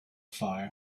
fire